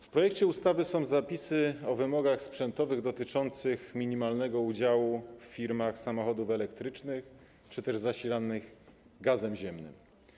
W projekcie ustawy są zapisy o wymogach sprzętowych dotyczących minimalnego udziału w firmach samochodów elektrycznych czy też zasilanych gazem ziemnym.